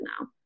now